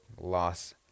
loss